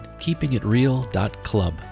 keepingitreal.club